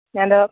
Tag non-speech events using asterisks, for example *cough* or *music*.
*unintelligible*